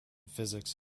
physics